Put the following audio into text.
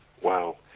Wow